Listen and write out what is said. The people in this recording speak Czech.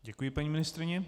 Děkuji paní ministryni.